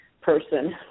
person